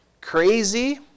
crazy